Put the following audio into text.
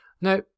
Now